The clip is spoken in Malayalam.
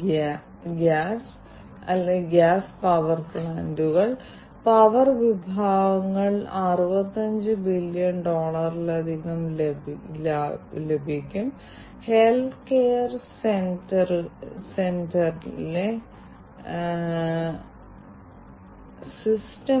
ഖനന വ്യവസായവും ഗ്യാസ് നിരീക്ഷണവും കൽക്കരി ഖനികളിലെ വാതക നിരീക്ഷണത്തിന്റെ